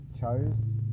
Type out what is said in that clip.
chose